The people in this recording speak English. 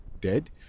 dead